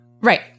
Right